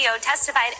testified